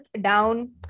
down